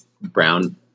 brown